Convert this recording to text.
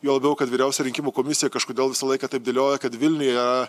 juo labiau kad vyriausia rinkimų komisija kažkodėl visą laiką taip dėlioja kad vilniuje